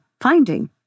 finding